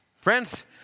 Friends